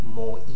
more